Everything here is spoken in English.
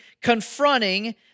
confronting